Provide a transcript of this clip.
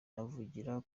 radio